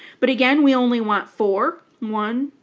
but again, we only want four one,